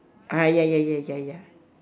ah ya ya ya ya ya